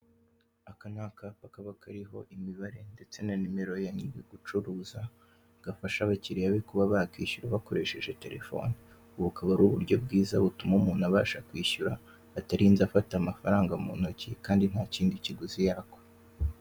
Aka ni akapa kaba kariho imibare ndetse na nimero ya nyiri ugucuruza, gafasha abakiriya be kuba bakwishyura bakoresheje telefone. Ubu bukaba ari uburyo bwiza butuma umuntu abasha kwishyura atarinze afata amafaranga mu ntoki kandi nta kindi kiguzi yakwa.